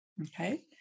Okay